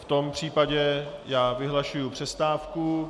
V tom případě vyhlašuji přestávku.